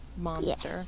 monster